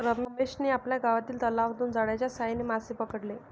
रमेशने आपल्या गावातील तलावातून जाळ्याच्या साहाय्याने मासे पकडले